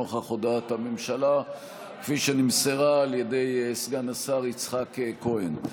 נוכח הודעת הממשלה שנמסרה על ידי סגן השר יצחק כהן.